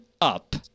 up